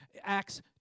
Acts